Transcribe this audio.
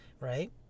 right